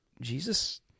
Jesus